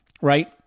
right